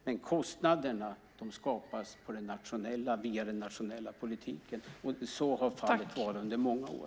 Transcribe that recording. Men kostnaderna skapas på den nationella marknaden via den nationella politiken. Så har fallet varit under många år.